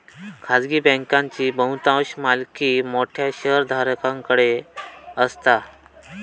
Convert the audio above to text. खाजगी बँकांची बहुतांश मालकी मोठ्या शेयरधारकांकडे असता